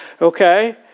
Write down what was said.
Okay